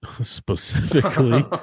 specifically